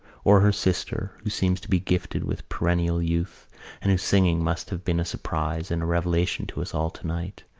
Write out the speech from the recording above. or her sister, who seems to be gifted with perennial youth and whose singing must have been a surprise and a revelation to us all tonight,